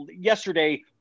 yesterday